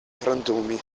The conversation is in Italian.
frantumi